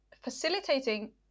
facilitating